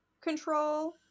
control